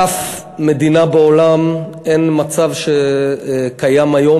באף מדינה בעולם אין המצב שקיים היום,